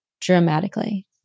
dramatically